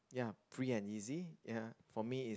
ya free and easy ya for me is